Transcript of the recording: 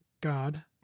God